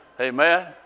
Amen